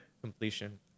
completion